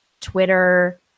Twitter